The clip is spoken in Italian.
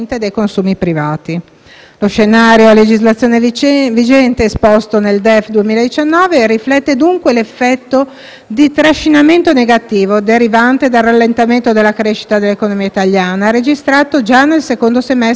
Lo scenario a legislazione vigente esposto nel DEF 2019 riflette dunque l'effetto di trascinamento negativo derivante dal rallentamento della crescita dell'economia italiana registrato già nel secondo semestre del 2018,